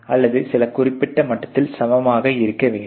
அல்லது சில குறிப்பிட்ட மட்டத்தில் சமமாக இருக்க வேண்டும்